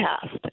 past